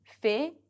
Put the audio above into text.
fear